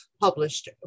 published